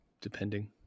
depending